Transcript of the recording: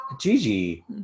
Gigi